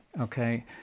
okay